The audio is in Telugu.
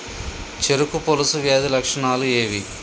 చెరుకు పొలుసు వ్యాధి లక్షణాలు ఏవి?